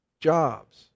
jobs